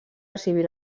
civil